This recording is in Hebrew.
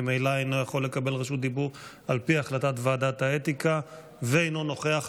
ממילא אינו יכול לקבל רשות דיבור על פי החלטת ועדת האתיקה ואינו נוכח,